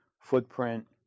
footprint